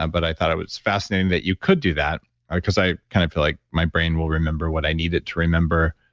ah but i thought it was fascinating that you could do that because i kind of feel like my brain will remember what i needed to remember,